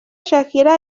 shakira